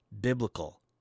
biblical